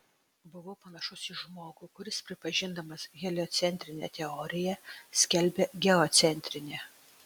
buvau panašus į žmogų kuris pripažindamas heliocentrinę teoriją skelbia geocentrinę